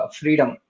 freedom